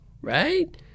Right